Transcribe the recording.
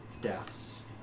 deaths